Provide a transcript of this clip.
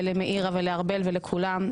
ולמאירה ולארבל ולכולם,